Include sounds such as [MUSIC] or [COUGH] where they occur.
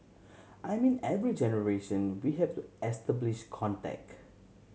[NOISE] I mean every generation we have to establish contact